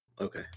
Okay